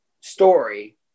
story